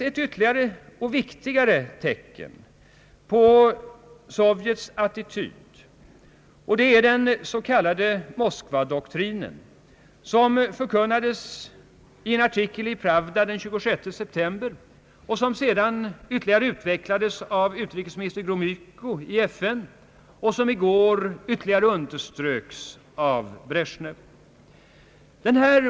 Ett ytterligare och viktigare tecken på Sovjets attityd är den s.k. Moskvadoktrinen, som förkunnades i en artikel i Pravda den 26 september, som sedan ytterligare utvecklades av utrikesminister Gromyko i FN och som i går ytterligare underströks av Bresjnev.